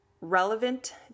relevant